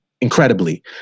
incredibly